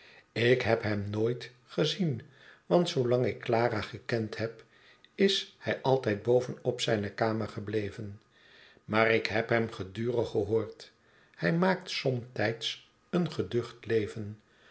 ik heb hem nooit gezien want zoolang ik clara gekend heb is hij altyd boven op zijne kamer gebleven maar ik heb hem gedurig gehoord hij maakt somt'yds een geducht leven